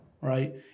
right